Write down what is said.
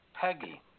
Peggy